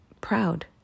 proud